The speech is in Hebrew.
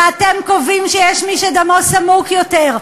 ואתם קובעים שיש מי שדמו סמוק יותר.